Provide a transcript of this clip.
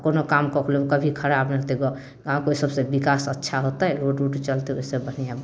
कोनो काम कऽ अएलहुँ कभी खराब रहतै गऽ गामके ओहि सबसँ विकास अच्छा होतै रोड उड चलतै ओहिसँ बढ़िआँ